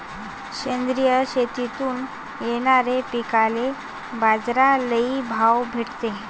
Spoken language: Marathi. सेंद्रिय शेतीतून येनाऱ्या पिकांले बाजार लई भाव भेटते